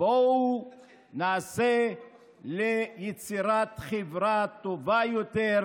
בואו נעשה משהו ליצירת חברה טובה יותר,